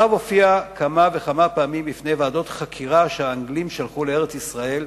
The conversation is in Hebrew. הרב הופיע כמה וכמה פעמים בפני ועדות חקירה שהאנגלים שלחו לארץ-ישראל,